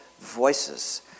voices